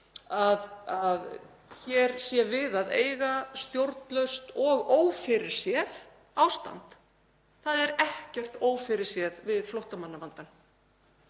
að hér sé við að eiga stjórnlaust og ófyrirséð ástand. Það er ekkert ófyrirséð við flóttamannavandann